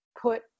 put